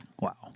Wow